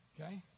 Okay